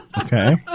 Okay